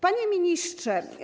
Panie Ministrze!